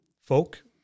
folk